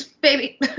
Baby